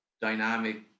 dynamic